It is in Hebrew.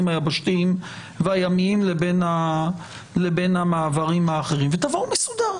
היבשתיים והימיים לבין המעברים האחרים ותבואו מסודר.